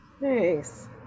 Nice